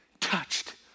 touched